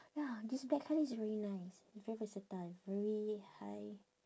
ya this black colour is very nice very versatile very high